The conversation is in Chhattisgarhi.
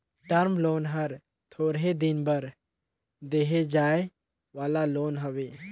टर्म लोन हर थोरहें दिन बर देहे जाए वाला लोन हवे